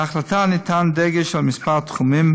בהחלטה ניתן דגש על כמה תחומים,